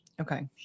Okay